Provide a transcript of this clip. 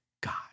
God